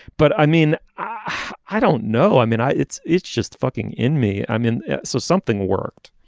but i mean i i don't know. i mean i it's it's just fucking in me. i mean so something worked.